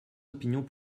opinions